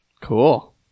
Cool